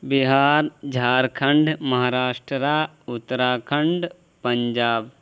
Bihar Jharkhand Maharashtra Uttarakhand Punjab